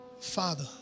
Father